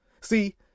See